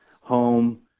home